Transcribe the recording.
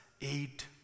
eight